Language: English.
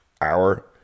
hour